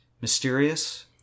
mysterious